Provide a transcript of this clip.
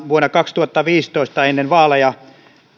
vuonna kaksituhattaviisitoista ennen vaaleja